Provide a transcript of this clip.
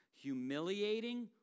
humiliating